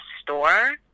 store